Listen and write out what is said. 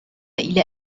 إلى